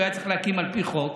שהוא היה צריך להקים על פי חוק.